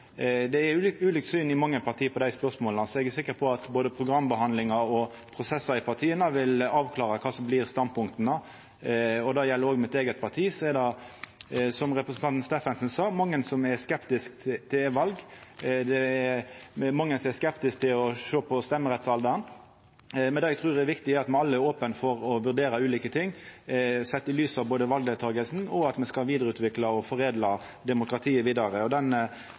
Det er ulike syn i mange parti på desse spørsmåla, så eg er sikker på at både programbehandlingar og prosessar i partia vil avklara kva som blir standpunkta. Det gjeld òg mitt eige parti. Der er det, som representanten Steffensen sa, mange som er skeptiske til e-val, og me er mange som er skeptiske til å sjå på stemmerettsalderen. Men det eg trur er viktig, er at me alle er opne for å vurdera ulike ting, sett i lys av både valdeltakinga og at me skal vidareutvikla og foredla demokratiet vidare.